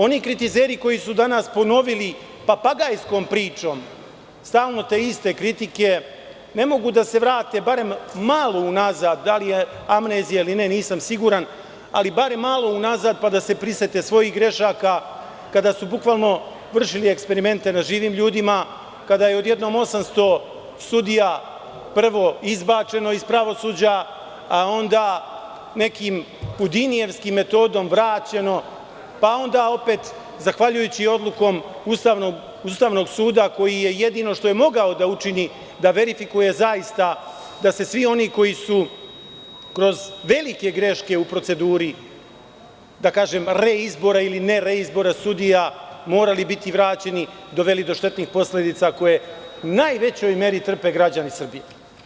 Oni kritizeri koji su danas ponovili papagajskom pričom stalno te iste kritike ne mogu da se vrate barem malo unazad, da li je amnezija ili ne, nisam siguran, pa da se prisete svojih grešaka, kada su bukvalno vršili eksperimente na živim ljudima, kada je odjednom 800 sudija prvo izbačeno iz pravosuđa, a onda nekim hudinijevskim metodom vraćeno, pa onda opet, zahvaljujući odluci Ustavnog suda, koji jedino što je mogao da učini je da verifikuje, zaista da se svi oni koji su kroz velike greške u proceduri reizbora ili nereizbora sudija morali biti vraćeni, doveli do štetnih posledica koje u najvećoj meri trpe građani Srbije.